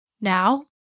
Now